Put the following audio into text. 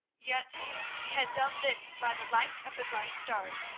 yet he had done this by the light of the bright stars,